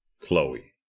Chloe